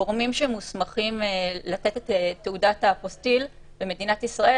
הגורמים שמוסמכים לתת את תעודת האפוסטיל במדינת ישראל